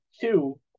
Two